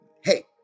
hey